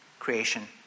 creation